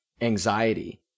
anxiety